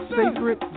sacred